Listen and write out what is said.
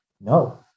no